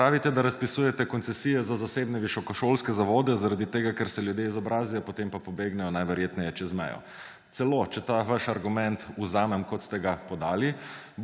Pravite, da razpisujete koncesije za zasebne visokošolske zavode zaradi tega, ker se ljudje izobrazijo, potem pa pobegnejo najverjetneje čez mejo. Če ta vaš argument vzamem, kot ste ga podali,